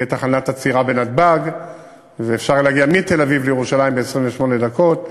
תהיה תחנת עצירה בנתב"ג ואפשר יהיה להגיע מתל-אביב לירושלים ב-28 דקות.